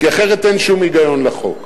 כי אחרת אין שום היגיון לחוק.